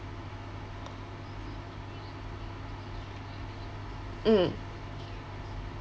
mm